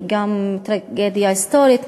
גם טרגדיה היסטורית,